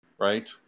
right